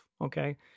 okay